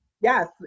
yes